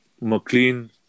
McLean